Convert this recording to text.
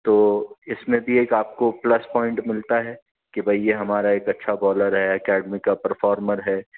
تو اس میں بھی ایک آپ کو پلس پوائنٹ ملتا ہے کہ بھائی یہ ہمارا ایک اچھا بالر ہے اکیڈمی کا پرفارمر ہے